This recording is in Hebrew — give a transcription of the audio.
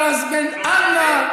ראס בן ענא.